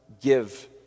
give